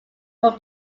from